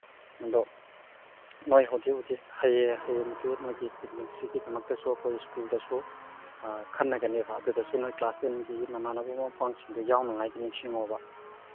ꯑꯗꯣ ꯅꯈꯣꯏ ꯍꯧꯖꯤꯛ ꯍꯧꯖꯤꯛ ꯍꯌꯦꯡꯁꯦ ꯅꯈꯣꯏꯒꯤ ꯄꯤꯛꯅꯤꯛꯁꯤꯒꯤꯗꯃꯛꯇꯁꯨ ꯑꯩꯈꯣꯏ ꯁ꯭ꯀꯨꯜꯗꯁꯨ ꯈꯟꯅꯒꯅꯦꯕ ꯑꯗꯨꯗꯁꯨ ꯅꯈꯣꯏ ꯀ꯭ꯂꯥꯁ ꯇꯦꯟꯒꯤ ꯅꯃꯥꯟꯅꯕ ꯃꯔꯨꯞ ꯃꯄꯥꯡꯁꯤꯡ ꯌꯥꯎꯅꯉꯥꯏꯒꯤ ꯅꯤꯡꯁꯤꯡꯉꯣꯕ